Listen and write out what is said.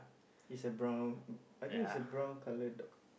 is a brown I think is a brown colour dog